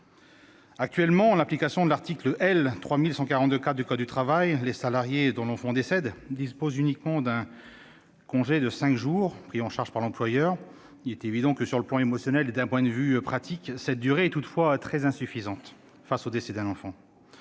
Actuellement, en application de l'article L. 3142-4 du code du travail, les salariés dont l'enfant décède disposent uniquement d'un congé de cinq jours, pris en charge par l'employeur. Il est évident que, sur le plan émotionnel et d'un point de vue pratique, une telle durée est très insuffisante. En effet,